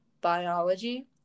biology